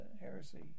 heresy